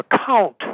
account